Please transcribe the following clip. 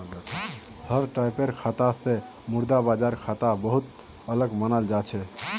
हर टाइपेर खाता स मुद्रा बाजार खाता बहु त अलग मानाल जा छेक